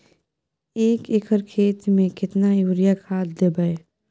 एक एकर खेत मे केतना यूरिया खाद दैबे?